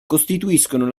costituiscono